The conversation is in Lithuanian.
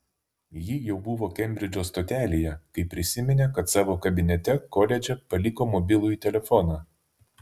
ji jau buvo kembridžo stotelėje kai prisiminė kad savo kabinete koledže paliko mobilųjį telefoną